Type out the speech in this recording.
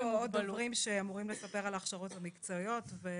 לכן יש פה עוד דוברים שאמורים לספר על ההכשרות המקצועיות שעשינו.